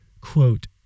quote